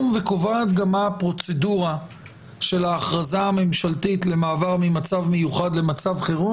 וקובעת גם מה הפרוצדורה של ההכרזה הממשלתית למעבר ממצב מיוחד למצב חירום,